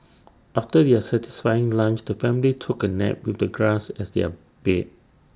after their satisfying lunch the family took A nap with the grass as their bed